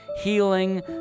healing